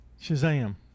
Shazam